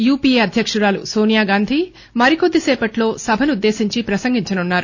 UPA అధ్యకురాలు నో నియాగాంధీ మరికొద్దిసేపట్లో సభనుద్దేశించి ప్రసంగించనున్నారు